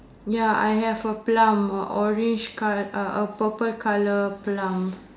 ya I have a plum orange col~ uh a purple colour plum